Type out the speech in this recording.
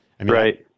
Right